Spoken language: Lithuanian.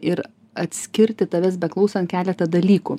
ir atskirti tavęs beklausan keletą dalykų